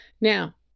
now